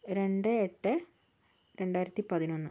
രണ്ട് എട്ട് രണ്ടായിരത്തി പതിനൊന്ന്